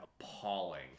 appalling